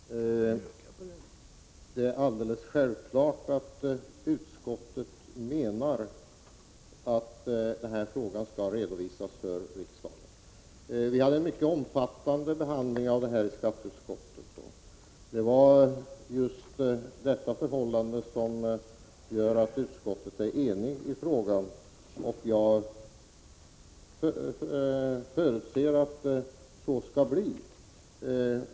Herr talman! Det är alldeles självklart att utskottet menar att frågan skall redovisas för riksdagen. Vi hade en mycket omfattande behandling av ärendet i skatteutskottet, och det var just detta förhållande som gjorde att utskottet blev enigt. Jag förutsätter att så skall ske.